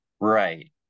Right